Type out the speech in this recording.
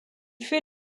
fait